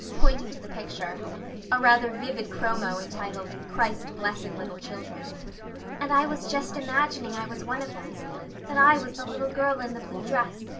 pointing to the picture a rather vivid chromo entitled, christ blessing little children and i was just imagining i was one of them that i was the little girl in the blue dress,